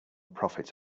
profit